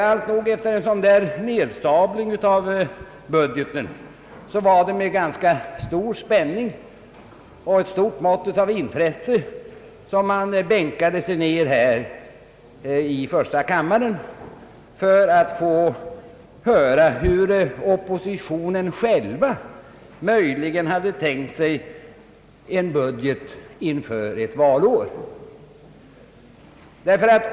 Alltnog, efter en sådan där nedsabling av budgeten var det med ganska stor spänning och ett stort mått av intresse som man bänkade sig i första kammaren för att få höra hur oppositionen själv möjligen hade tänkt sig en budget inför ett valår.